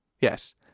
Yes